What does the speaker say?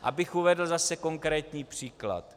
Abych uvedl zase konkrétní příklad.